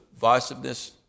divisiveness